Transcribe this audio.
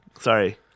Sorry